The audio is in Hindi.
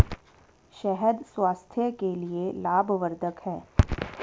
शहद स्वास्थ्य के लिए लाभवर्धक है